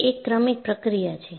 તે એક ક્રમિક પ્રક્રિયા છે